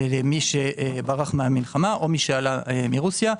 למי שברח מהמלחמה או מי שעלה מרוסיה.